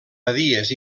badies